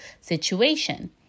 situation